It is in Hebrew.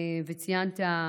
וציינת,